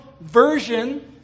version